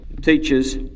Teachers